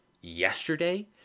yesterday